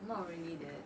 not really there